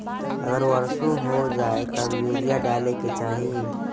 अगर वर्षा हो जाए तब यूरिया डाले के चाहि?